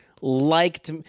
liked